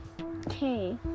okay